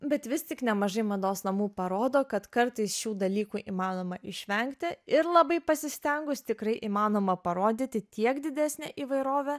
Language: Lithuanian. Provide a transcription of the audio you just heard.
bet vis tik nemažai mados namų parodo kad kartais šių dalykų įmanoma išvengti ir labai pasistengus tikrai įmanoma parodyti tiek didesnę įvairovę